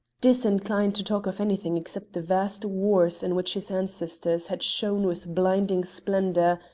disinclined to talk of anything except the vast wars in which his ancestors had shone with blinding splendour,